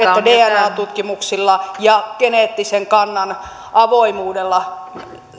dna tutkimuksilla ja geneettisen kannan avoimuudella